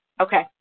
Okay